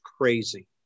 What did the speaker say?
crazy